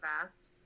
fast